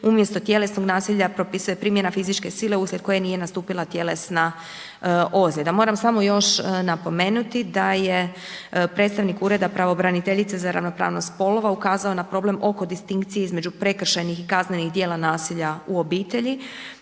umjesto tjelesnog nasilja propisuje primjena fizičke sile uslijed koje nije nastupila tjelesna ozljeda. Moram samo još napomenuti da je predstavnik Ureda pravobraniteljice za ravnopravnost spolova ukazao na problem oko distinkcije između prekršajnih i kaznenih djela nasilja u obitelji.